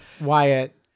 Wyatt